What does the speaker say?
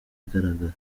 igaragara